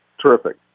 terrific